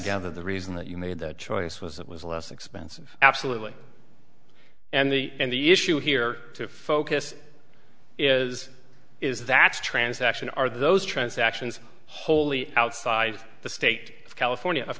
gather the reason that you made that choice was it was less expensive absolutely and the and the issue here to focus is is that's transaction are those transactions wholly outside the state of california of